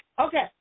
Okay